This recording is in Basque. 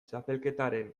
txapelketaren